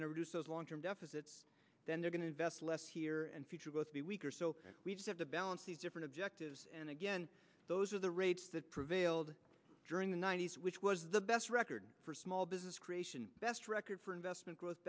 to reduce those long term deficits then they're going to invest less here and future growth be weaker so we have to balance these different objectives and again those are the rates that prevailed during the ninety's which was the best record for small business creation best record for investment gro